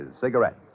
cigarettes